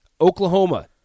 Oklahoma